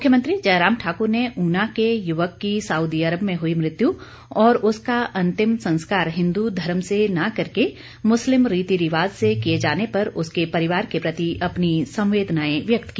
मुख्यमंत्री जयराम ठाकुर ने उना के युवक की सउदी अरब में हुई मृत्यु और उसका अंतिम संस्कार हिंदू धर्म से न करके मुस्लिम रीति रिवाज से किए जाने पर उसके परिवार के प्रति अपनी संवदेनाएं व्यक्त की